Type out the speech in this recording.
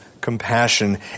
compassion